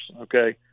Okay